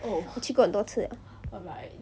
我去过很多次了